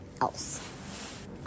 else